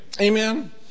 Amen